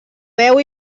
veu